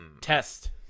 Test